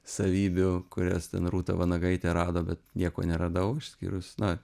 savybių kurias ten rūta vanagaitė rado bet nieko neradau išskyrus na